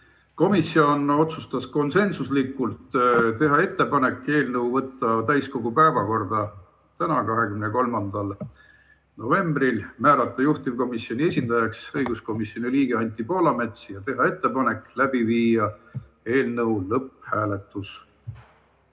Komisjon otsustas konsensuslikult teha ettepaneku võtta eelnõu täiskogu päevakorda tänaseks, 23. novembriks, määrata juhtivkomisjoni esindajaks õiguskomisjoni liige Anti Poolamets ja teha ettepanek viia läbi eelnõu lõpphääletus.